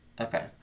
Okay